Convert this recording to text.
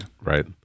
Right